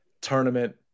tournament